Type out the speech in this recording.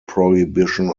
prohibition